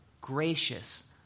gracious